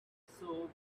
saw